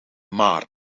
maart